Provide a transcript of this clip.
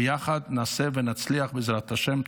ביחד נעשה ונצליח, בעזרת השם.